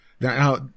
Now